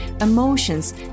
emotions